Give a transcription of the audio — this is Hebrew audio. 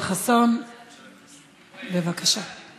בקריאה ראשונה.